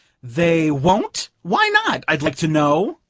they won't? why not, i'd like to know?